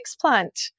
plant